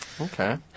Okay